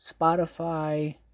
Spotify